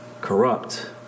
corrupt